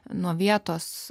nuo vietos